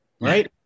right